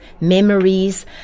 memories